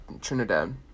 Trinidad